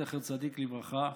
זכר צדיק לברכה,